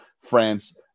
France